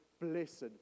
blessed